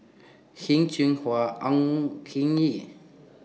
Heng Cheng Hwa on King Yee